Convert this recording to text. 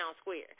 square